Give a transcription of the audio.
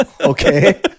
Okay